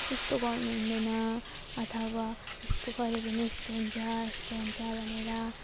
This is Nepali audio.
यस्तो गर्नु हुँदैन अथवा यस्तो गर्यो भने यस्तो हुन्छ यस्तो हुन्छ भनेर